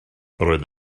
roedd